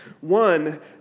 One